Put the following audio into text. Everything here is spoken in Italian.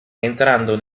entrando